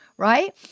Right